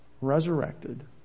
resurrected